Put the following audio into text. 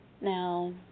Now